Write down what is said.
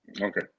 Okay